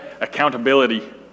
accountability